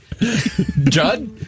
Judd